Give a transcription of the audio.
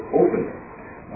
openness